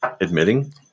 admitting